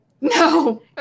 No